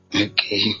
Okay